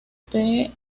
fue